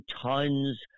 tons